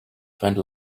find